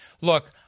Look